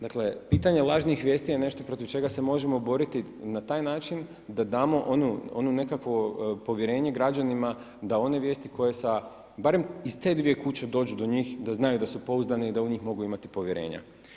Dakle, pitanje lažnih vijesti je nešto protiv čega se možemo boriti na taj način da damo ono nekakvo povjerenje građanima da one vijesti koje sa barem iz te dvije kuće dođu do njih, da znaju da su pouzdane i da u njih mogu imati povjerenja.